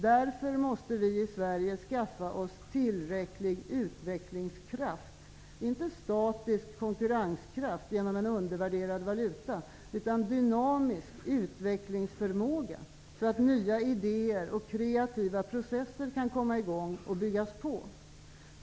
Därför måste vi i Sverige skaffa oss tillräcklig utvecklingskraft -- inte statisk konkurrenskraft genom en undervärderad valuta utan dynamisk utvecklingsförmåga så att nya idéer och kreativa processer kan komma i gång och byggas på.